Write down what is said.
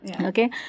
Okay